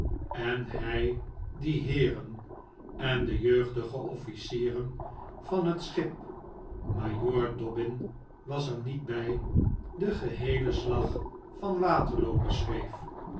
en hij die heeren en de jeugdige officieren van het schip majoor dobbin was er niet bij den geheelen slag van waterloo beschreef